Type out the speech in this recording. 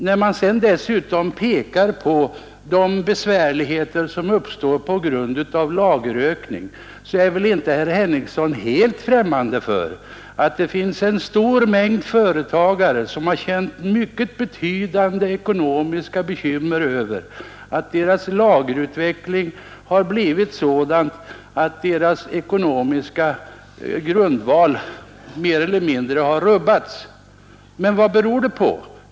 Vad sedan gäller de besvärligheter som uppstått på grund av lagerökningen är väl inte herr Henningsson helt främmande för att det finns en stor mängd företagare som haft mycket betydande ekonomiska bekymmer på grund av att deras lagerutveckling blivit sådan att deras ekonomiska grundval rubbats mer eller mindre. Men vad beror det på?